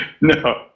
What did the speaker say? No